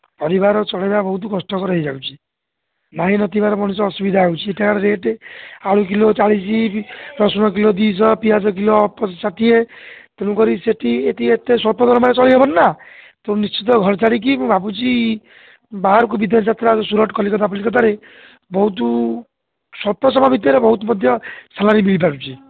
ପରିବାର ଚଳାଇବା ବହୁତ କଷ୍ଟକର ହୋଇଯାଉଛି ନାହିଁ ନଥିବାରେ ମଣିଷ ଅସୁବିଧା ହେଉଛି ଏଠାକାର ରେଟ୍ ଆଳୁ କିଲୋ ଚାଳିଶି ରସୁଣ କିଲୋ ଦୁଇଶହ ପିଆଜ କିଲ ଷାଠିଏ ତେଣୁ କରି ସେଇଠି ଏଠି ଏତେ ସ୍ୱଳ୍ପ ଦରମାରେ ଚଳି ହେବନି ନା ତେଣୁ ନିଶ୍ଚିତ ଘର ଛାଡ଼ିକି ମୁଁ ଭାବୁଛି ବାହାରକୁ ବିଦେଶ ଯାତ୍ରା ସୁରଟ କଲିକତା କଲିକତାରେ ବହୁତ ସ୍ୱଳ୍ପ ସମୟ ଭିତରେ ବହୁତ ମଧ୍ୟ ସାଲାରୀ ମିଳିପାରୁଛି